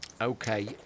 Okay